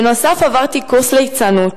בנוסף, עברתי קורס ליצנות,